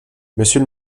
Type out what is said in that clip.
monsieur